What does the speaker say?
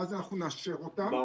ואז אנחנו נאשר אותן.